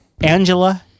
Angela